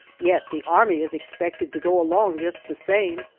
yet the army is expected to go along just the same,